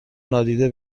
نادیده